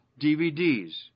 DVDs